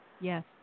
Yes